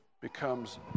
becomes